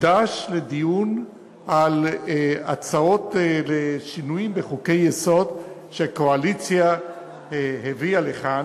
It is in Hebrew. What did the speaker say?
הוקדש לדיון על הצעות לשינויים בחוקי-יסוד שהקואליציה הביאה לכאן.